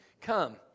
come